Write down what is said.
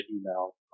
email